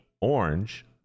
Orange